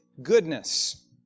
Goodness